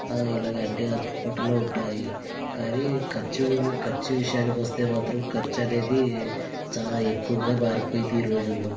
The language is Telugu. ఇలాగా అన్నీ అందుబాటులో ఉంటాయి కానీ ఖర్చు ఖర్చు విషయానికి వస్తే మాత్రం ఖర్చు అనేది చాలా ఎక్కువగా మారిపోయింది ఈ రోజులలో